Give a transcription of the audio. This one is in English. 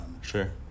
sure